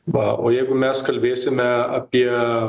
va o jeigu mes kalbėsime apie